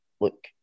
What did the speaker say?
look